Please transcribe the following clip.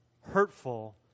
hurtful